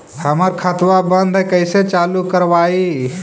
हमर खतवा बंद है कैसे चालु करवाई?